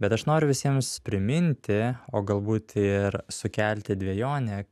bet aš noriu visiems priminti o galbūt ir sukelti dvejonę